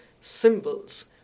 symbols